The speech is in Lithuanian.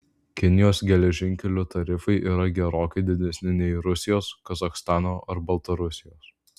kinijos geležinkelių tarifai yra gerokai didesni nei rusijos kazachstano ar baltarusijos